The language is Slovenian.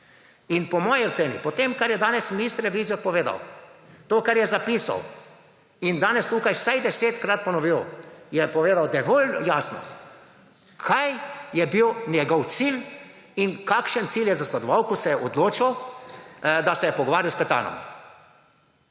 In po moji oceni, po tem, kar je danes minister Vizjak povedal, to, kar je zapisal, in danes tukaj vsaj desetkrat ponovil, je povedal dovolj jasno, kaj je bil njegov cilj in kakšen cilj je zasledoval, ko se je odločil, da se je pogovarjal s Petanom.